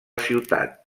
ciutat